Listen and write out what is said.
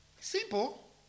Simple